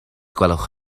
gwelwch